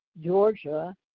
Georgia